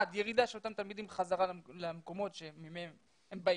ירידה של אותם תלמידים חזרה למקומות שמהם הם באים,